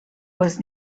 was